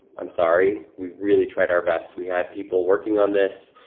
i'm sorry, we really tried our best. we had people working on this.